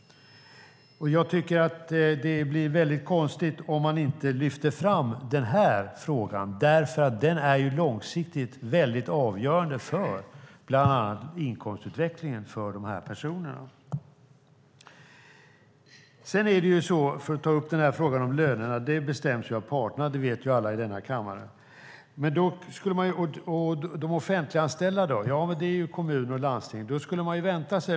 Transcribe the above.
Jag tycker att det blir väldigt konstigt om man inte lyfter fram den här frågan eftersom den ju är långsiktigt väldigt avgörande för bland annat inkomstutvecklingen för de här personerna. När det gäller lönerna så bestäms de av parterna. Det vet alla i denna kammare. Hur är det då med de offentliganställda i kommuner och landsting?